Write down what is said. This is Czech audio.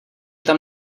tam